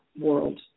world